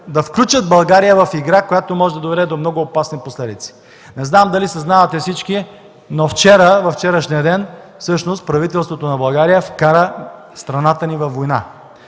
да включат България в игра, която може да доведе до много опасни последици. Не знам дали съзнавате всички, но във вчерашния ден всъщност правителството на България вкара страната ни във война